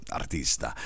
artista